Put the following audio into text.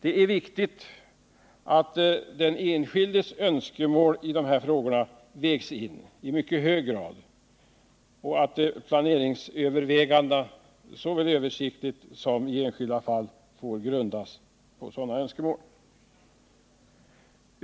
Det är viktigt att den enskildes önskemål i dessa frågor vägs in i mycket hög grad och att planeringsövervägandena såväl översiktligt som i enskilda fall får grundas på sådana önskemål.